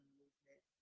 movement